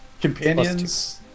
Companions